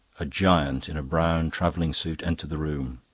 a giant in a brown travelling-suit entered the room.